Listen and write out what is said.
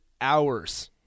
hours